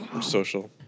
Social